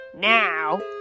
Now